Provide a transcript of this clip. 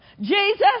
Jesus